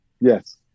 yes